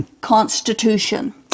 Constitution